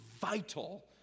vital